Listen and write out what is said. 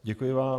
Děkuji vám.